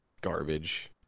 garbage